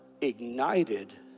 ignited